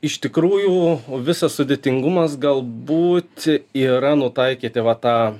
iš tikrųjų visa sudėtingumas galbūt yra nutaikyti va tą